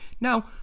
Now